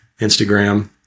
Instagram